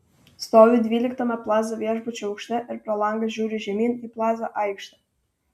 stoviu dvyliktame plaza viešbučio aukšte ir pro langą žiūriu žemyn į plaza aikštę